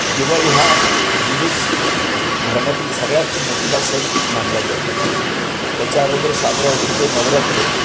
दिवाळी हा हिंदू धर्मातील सगळ्यात मोठा सण मानला जातो त्याच्या अगोदर साजरा होतं ते नवरात्र